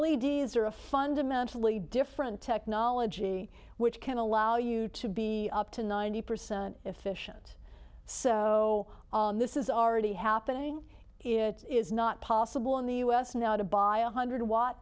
d s are a fundamentally different technology which can allow you to be up to ninety percent efficient so this is already happening it is not possible in the u s now to buy a one hundred watt